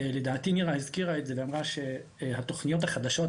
לדעתי מירה הזכירה את זה ואמרה שהתוכניות החדשות,